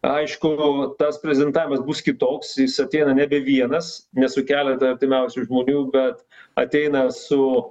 aišku tas prezidentavimas bus kitoks jis ateina nebe vienas ne su keleta artimiausių žmonių bet ateina su